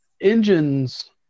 engines